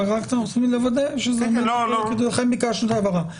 רק אנחנו צריכים לוודא שזה באמת לכן ביקשנו את ההבהרה.